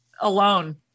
alone